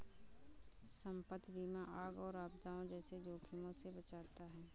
संपत्ति बीमा आग और आपदाओं जैसे जोखिमों से बचाता है